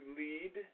lead